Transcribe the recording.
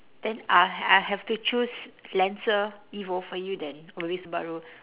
then I I have to choose lancer evo for you then or maybe subaru